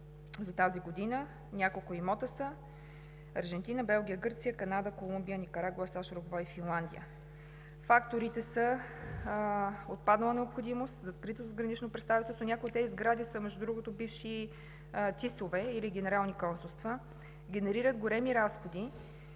за тази година, няколко имота са – Аржентина, Белгия, Гърция, Канада, Колумбия, Никарагуа, САЩ, Уругвай и Финландия. Факторите са отпаднала необходимост, закрито задгранично представителство. Някои от тези сгради, между другото, са бивши ТИС-ове или генерални консулства, генерират големи разходи